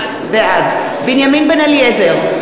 בעד בנימין בן-אליעזר,